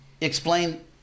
explain